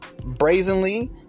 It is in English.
brazenly